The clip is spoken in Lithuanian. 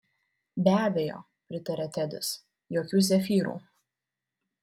be abejo pritarė tedis jokių zefyrų